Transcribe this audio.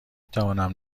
توانم